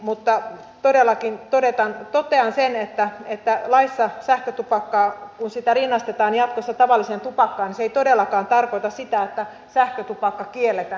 mutta todellakin totean sen että kun laissa sähkötupakka rinnastetaan jatkossa tavalliseen tupakkaan niin se ei todellakaan tarkoita sitä että sähkötupakka kielletään